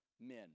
men